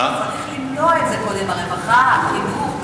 צריך למנוע את זה קודם, הרווחה, החינוך.